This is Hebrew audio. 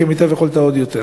כמיטב יכולתה עוד יותר.